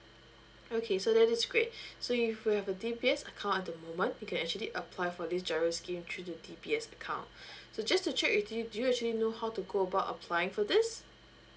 okay so that is great so if you have a DBS account at the moment you can actually apply for this GIRO scheme through the DBS account so just to check with you do you actually know how to go about applying for this